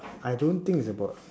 I don't think it's about